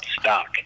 stock